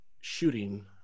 shooting